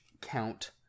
count